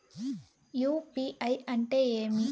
UPI అంటే ఏమి?